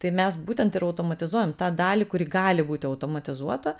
tai mes būtent ir automatizuojam tą dalį kuri gali būti automatizuota